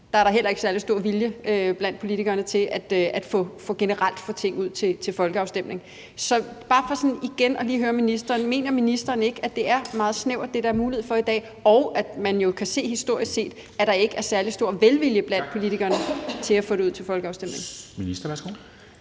som om der heller ikke er særlig stor vilje blandt politikerne til generelt at få ting ud til folkeafstemning. Så jeg vil bare sådan igen lige høre ministeren: Mener ministeren ikke, at det, der er mulighed for i dag, er meget snævert, og at man jo historisk set kan se, at der ikke er særlig stor velvilje blandt politikerne til at få det ud til folkeafstemning? Kl. 11:26 Formanden